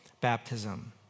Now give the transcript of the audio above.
baptism